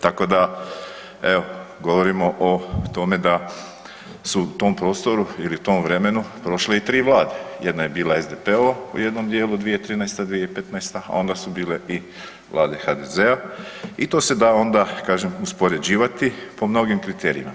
Tako da evo govorimo o tome da su u tom prostoru ili u tom vremenu prošle i 3 vlade, jedna je bila SDP-ova u jednom dijelu 2013.-2015., a onda su bile i vlade HDZ-a i onda se to da kažem uspoređivati po mnogim kriterijima.